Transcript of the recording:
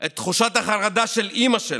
את תחושות החרדה של אימא שלו.